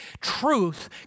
truth